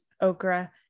okra